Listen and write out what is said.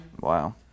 Wow